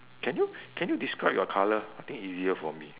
can you can you describe your colour I think easier for me